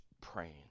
praying